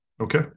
Okay